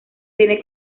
tiene